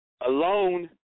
alone